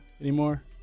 anymore